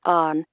on